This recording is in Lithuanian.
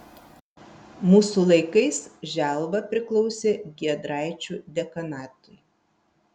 mūsų laikais želva priklausė giedraičių dekanatui